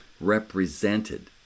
represented